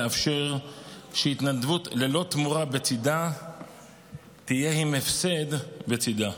לאפשר שהתנדבות ללא תמורה בצידה תהיה עם הפסד בצידה,